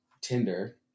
Tinder